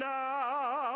now